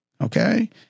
Okay